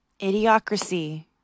Idiocracy